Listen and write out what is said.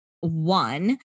one